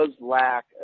lack